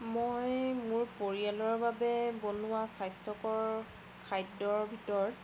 মই মোৰ পৰিয়ালৰ বাবে বনোৱা স্বাস্থ্যকৰ খাদ্যৰ ভিতৰত